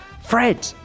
fred